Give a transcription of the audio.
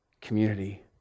community